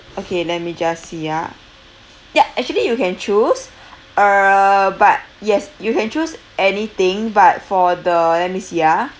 okay let me just see ah ya actually you can choose uh but yes you can choose anything but for the let me see ah